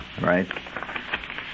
right